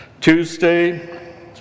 Tuesday